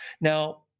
Now